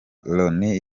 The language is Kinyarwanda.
loni